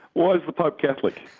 why is the pope catholic?